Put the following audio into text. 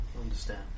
Understand